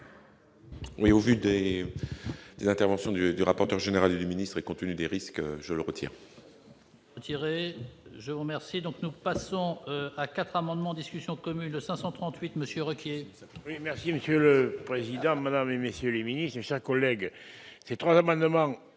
oui, et l'intervention du du rapporteur général du ministre et continue des risques, je le retire.